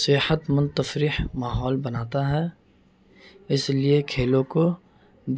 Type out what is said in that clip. صحت مند تفریح ماحول بناتا ہے اس لیے کھیلوں کو